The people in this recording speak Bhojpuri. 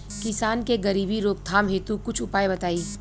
किसान के गरीबी रोकथाम हेतु कुछ उपाय बताई?